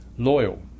loyal